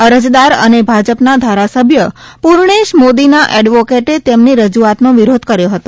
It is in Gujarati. અરજદાર અને ભાજપના ધારાસભ્ય પૂર્ણેશ મોદીના એડવોકેટે તેમની રજૂઆતનો વિરોધ કર્યો હતો